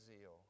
zeal